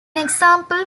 example